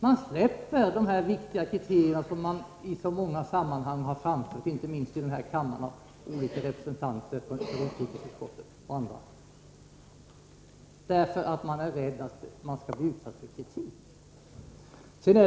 Man släpper dessa viktiga kriterier som man i så många sammanhang har framfört inte minst i den här kammaren genom representanter för utrikesutskottet osv. Man gör det därför att man är rädd att bli utsatt för kritik.